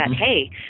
hey